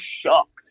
shocked